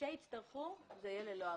כאשר יצטרכו זה יהיה ללא אגרה.